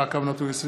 פ/3094/20,